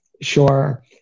sure